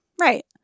Right